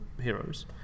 heroes